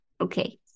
Okay